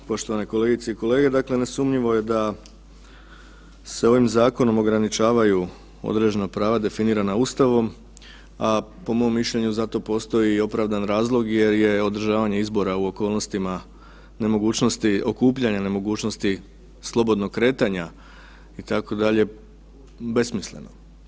Poštovane kolegice i kolege, dakle nesumnjivo je da se ovim zakonom ograničavaju određena prava definirana Ustavom, a po mom mišljenju za to postoji i opravdan razlog jer je održavanje izbora u okolnostima nemogućnosti okupljanja, nemogućnosti slobodnog kretanja itd., besmisleno.